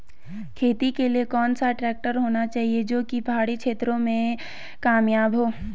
खेती के लिए कौन सा ट्रैक्टर होना चाहिए जो की पहाड़ी क्षेत्रों में कामयाब हो?